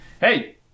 Hey